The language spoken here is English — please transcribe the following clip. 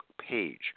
page